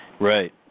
Right